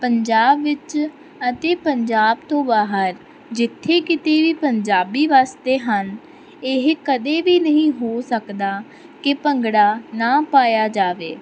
ਪੰਜਾਬ ਵਿੱਚ ਅਤੇ ਪੰਜਾਬ ਤੋਂ ਬਾਹਰ ਜਿੱਥੇ ਕਿਤੇ ਵੀ ਪੰਜਾਬੀ ਵੱਸਦੇ ਹਨ ਇਹ ਕਦੇ ਵੀ ਨਹੀਂ ਹੋ ਸਕਦਾ ਕਿ ਭੰਗੜਾ ਨਾ ਪਾਇਆ ਜਾਵੇ